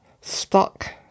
stuck